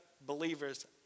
believers